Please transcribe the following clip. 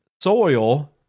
soil